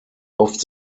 oft